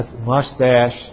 mustache